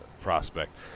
prospect